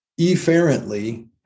efferently